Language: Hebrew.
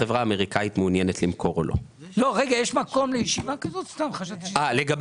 יש מקום לישיבה כזאת אצלכם?